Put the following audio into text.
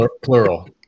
plural